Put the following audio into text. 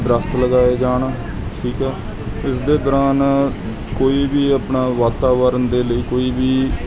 ਦਰਖਤ ਲਗਾਏ ਜਾਣ ਠੀਕ ਹੈ ਇਸ ਦੇ ਦੌਰਾਨ ਕੋਈ ਵੀ ਆਪਣਾ ਵਾਤਾਵਰਨ ਦੇ ਲਈ ਕੋਈ ਵੀ